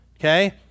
Okay